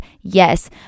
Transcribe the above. Yes